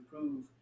improve